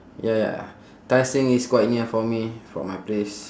ya ya tai seng is quite near for me from my place